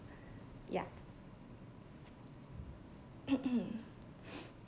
ya